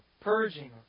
purging